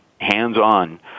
hands-on